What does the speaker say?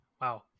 wow